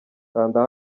kanda